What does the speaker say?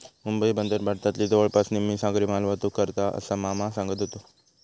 मुंबई बंदर भारतातली जवळपास निम्मी सागरी मालवाहतूक करता, असा मामा सांगत व्हतो